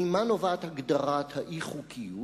ממה נובעת הגדרת האי-חוקיות?